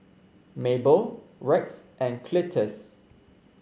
Mable Rex and Cletus